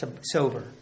sober